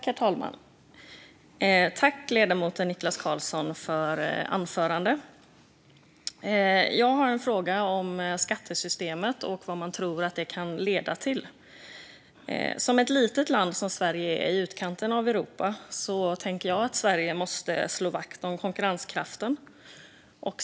Herr talman! Jag tackar ledamoten Niklas Karlsson för anförandet. Jag har en fråga om skattesystemet och vad man tror att det kan leda till. Som ett litet land i utkanten av Europa måste Sverige slå vakt om konkurrenskraften.